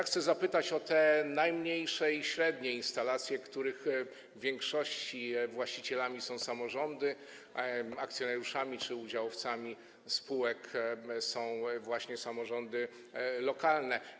Chcę zapytać o te najmniejsze i średnie instalacje, których w większości właścicielami są samorządy, których akcjonariuszami czy udziałowcami spółek są właśnie samorządy lokalne.